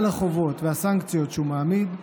על החובות והסנקציות שהוא מעמיד,